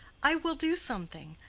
i will do something.